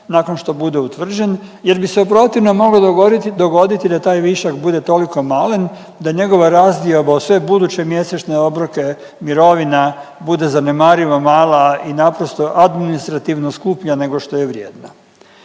nakon što bude utvrđen jer bi se u protivnom moglo dogoditi da taj višak bude toliko malen da njegova razdioba u sve buduće mjesečne obroke mirovina bude zanemarivo mala i naprosto administrativno skuplja nego što je vrijedna.